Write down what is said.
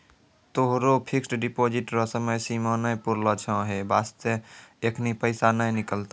तोहरो fixed deposit रो समय सीमा नै पुरलो छौं है बास्ते एखनी पैसा नै निकलतौं